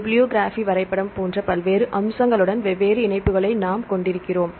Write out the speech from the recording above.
bibliography வரைபடம் போன்ற பல்வேறு அம்சங்களுடன் வெவ்வேறு இணைப்புகளை நாம் கொண்டிருக்கிறோம்